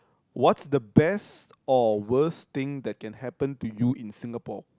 what's the best or worst thing that can happen to you in Singapore